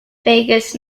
vegas